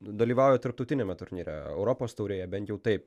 dalyvauja tarptautiniame turnyre europos taurėje bent jau taip